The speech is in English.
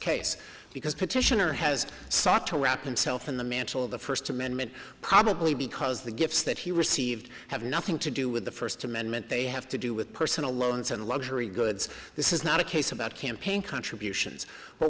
case because petitioner has sought to wrap and self in the mantle of the first amendment probably because the gifts that he received have nothing to do with the first amendment they have to do with personal loans and luxury goods this is not a case about campaign contributions but